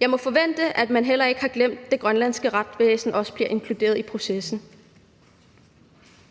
Jeg må forvente, at man heller ikke har glemt, at det grønlandske retsvæsen også bliver inkluderet i processen.